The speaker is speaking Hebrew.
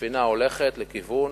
הספינה הולכת לכיוון